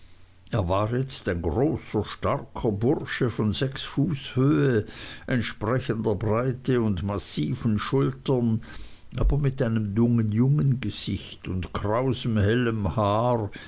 er war jetzt ein großer starker bursche von sechs fuß höhe entsprechender breite und massiven schultern aber einem dummenjungengesicht und krausem hellen haar